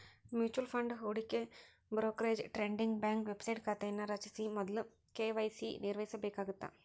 mutual fund ಹೂಡಿಕೆ brokerage trading bank website ಖಾತೆಯನ್ನ ರಚಿಸ ಮೊದ್ಲ ಕೆ.ವಾಯ್.ಸಿ ನಿರ್ವಹಿಸಬೇಕಾಗತ್ತ